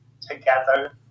together